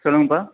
சொல்லுங்கபா